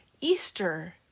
Easter